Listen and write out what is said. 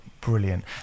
brilliant